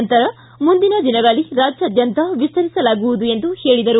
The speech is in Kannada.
ನಂತರ ಮುಂದಿನ ದಿನಗಳಲ್ಲಿ ರಾಜ್ಯದಾದ್ಯಂತ ವಿಸ್ತರಿಸಲಾಗುವುದು ಎಂದು ಹೇಳಿದರು